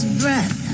breath